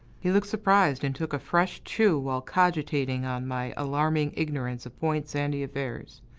he looked surprised, and took a fresh chew while cogitating on my alarming ignorance of point sandy affairs